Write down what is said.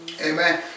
Amen